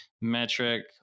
Metric